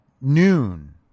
noon